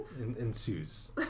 Ensues